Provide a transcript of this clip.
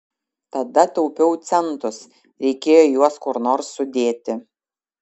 tada taupiau centus reikėjo juos kur nors sudėti